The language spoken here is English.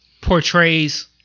Portrays